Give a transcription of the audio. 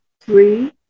three